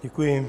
Děkuji.